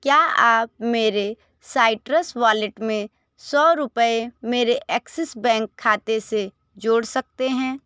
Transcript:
क्या आप मेरे साइट्रस वॉलेट में सौ रुपये मेरे एक्सिस बैंक खाते से जोड़ सकते हैं